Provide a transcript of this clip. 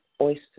oyster